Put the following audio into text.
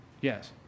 Yes